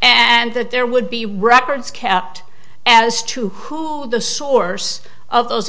and that there would be records kept as to who the source of those